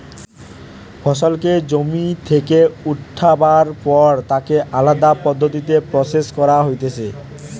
ফসলকে জমি থেকে উঠাবার পর তাকে আলদা পদ্ধতিতে প্রসেস করা হতিছে